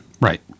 Right